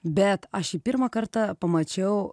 bet aš jį pirmą kartą pamačiau